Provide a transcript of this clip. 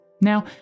now